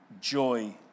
joy